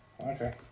Okay